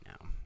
now